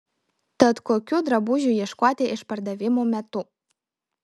tad kokių drabužių ieškoti išpardavimų metu